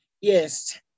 Yes